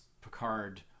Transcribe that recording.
Picard